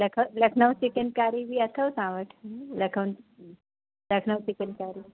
लख लखनऊ चिकनकारी बि अथव तव्हां वटि लखोन लखनऊ चिकनकारी